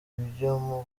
ibyo